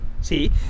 See